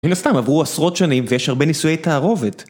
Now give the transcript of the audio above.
מן הסתם, עברו עשרות שנים ויש הרבה נישואי תערובת.